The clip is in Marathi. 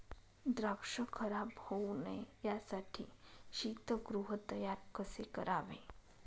द्राक्ष खराब होऊ नये यासाठी शीतगृह तयार कसे करावे?